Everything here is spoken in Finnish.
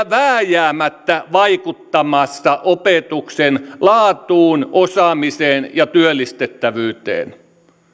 vääjäämättä vaikuttamassa opetuksen laatuun osaamiseen ja työllistettävyyteen